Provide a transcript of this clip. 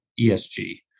ESG